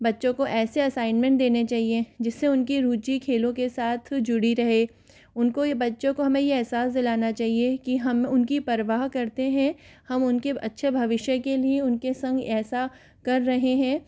बच्चों को ऐसे असाइनमेंट देने चाहिए जिससे उनकी रुचि खेलों के साथ जुड़ी रहे उनको यह बच्चों को हमें यह एहसास दिलाना चाहिए कि हम उनकी परवाह करते हैं हम उनके अच्छे भविष्य के उनके संग ऐसा कर रहे हैं